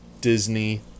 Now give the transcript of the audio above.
Disney